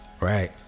Right